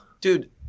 Dude